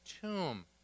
tomb